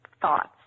thoughts